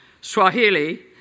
Swahili